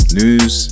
news